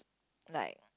like